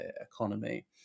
economy